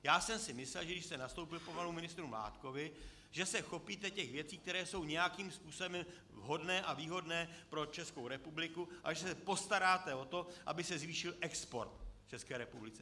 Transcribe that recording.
Já jsem si myslel, že když jste nastoupil po panu ministru Mládkovi, že se chopíte těch věcí, které jsou nějakým způsobem vhodné a výhodné pro Českou republiku, a že se postaráte o to, aby se zvýšil export České republiky.